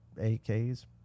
ak's